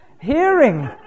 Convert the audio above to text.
hearing